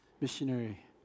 missionary